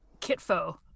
Kitfo